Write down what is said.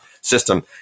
system